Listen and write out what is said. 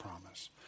promise